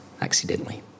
Accidentally